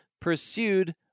pursued